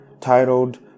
titled